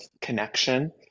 connection